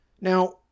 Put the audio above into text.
Now